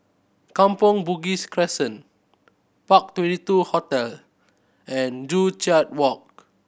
Kampong Bugis Crescent Park Twenty two Hotel and Joo Chiat Walk